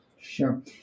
Sure